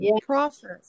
process